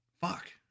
Fuck